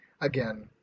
again